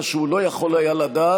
מה שהוא לא יכול היה לדעת